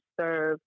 serve